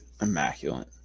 immaculate